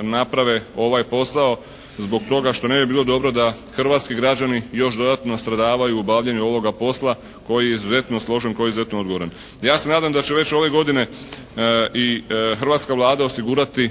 naprave ovaj posao zbog toga što ne bi bilo dobro da hrvatski građani još dodatno stradavaju u obavljanju ovoga posla koji je izuzetno složen i koji je izuzetno odgovoran. Ja se nadam da će već ove godine i hrvatska Vlada osigurati,